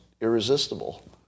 irresistible